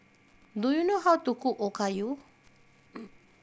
do you know how to cook Okayu